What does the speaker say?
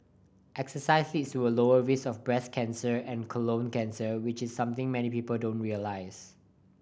exercise leads to a lower risk of breast cancer and colon cancer which is something many people don't realise